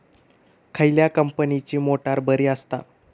खयल्या कंपनीची मोटार बरी असता?